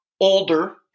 older